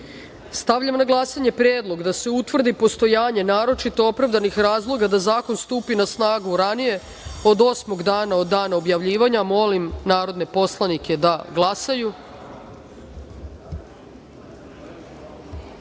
amandman. Stavljam na glasanje predlog da se utvrdi postojanje naročito opravdanih razloga da zakon stupi na snagu ranije od osmog dana od dana objavljivanja. Molim narodne poslanike da